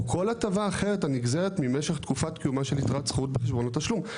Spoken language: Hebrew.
כל הטבה אחרת הנגזרת ממשך תקופת קיומה של יתרת זכות בחשבון התשלום.